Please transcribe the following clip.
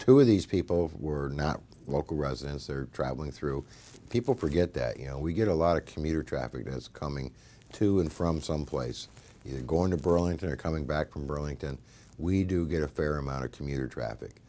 two of these people were not local residents or traveling through people forget that you know we get a lot of commuter traffic as coming to and from someplace going to burlington or coming back from burlington we do get a fair amount of commuter traffic